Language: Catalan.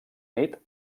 nit